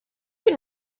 you